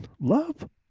Love